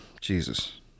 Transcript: jesus